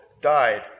died